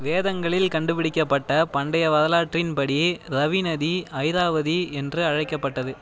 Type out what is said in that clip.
வேதங்களில் கண்டுபிடிக்கப்பட்ட பண்டைய வரலாற்றின்படி ரவி நதி ஐராவதி என்று அழைக்கப்பட்டது